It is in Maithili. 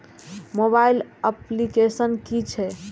मोबाइल अप्लीकेसन कि छै?